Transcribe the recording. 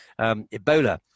Ebola